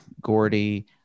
Gordy